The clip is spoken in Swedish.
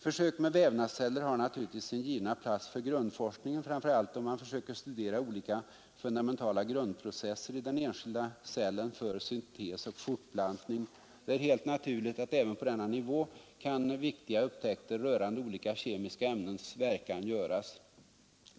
Försök med vävnadsceller har naturligtvis sin givna plats för grundforskningen framför allt då man försöker studera olika fundamentala grundprocesser i den enskilda cellen för syntes och fortplantning. Det är helt naturligt att även på denna nivå kan viktiga upptäkter rörande olika kemiska ämnens verkan göras.